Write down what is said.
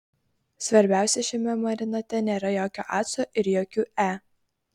svarbiausia šiame marinate nėra jokio acto ir jokių e